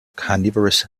carnivorous